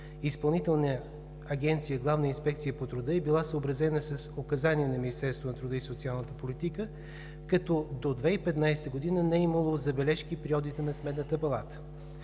Изпълнителна агенция „Главна инспекция по труда“ е била съобразена с указания на Министерството на труда и социалната политика, като до 2015 г. не е имало забележки при одита на Сметната палата.